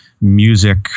music